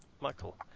Michael